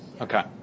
Okay